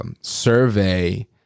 survey